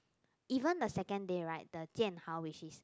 even the second day right the Jian Hao which is